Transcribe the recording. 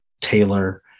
Taylor